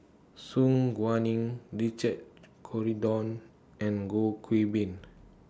Su Guaning Richard Corridon and Goh Qiu Bin